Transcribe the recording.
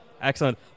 Excellent